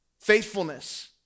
Faithfulness